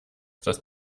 das